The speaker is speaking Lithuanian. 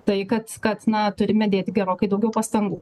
tai kad kad na turime dėti gerokai daugiau pastangų